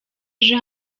ejo